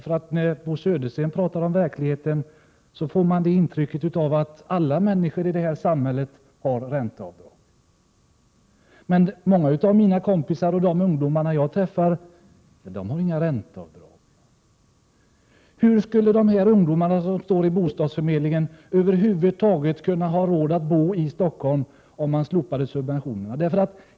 När Bo Södersten talar om verkligheten får man intrycket att alla människor i vårt samhälle har ränteavdrag. Men många av mina kompisar och många av de ungdomar jag träffar har inga ränteavdrag. Hur skulle de ungdomar som står i bostadsförmedlingens kö över huvud taget ha råd att bo i Stockholm, om man slopade subventionerna?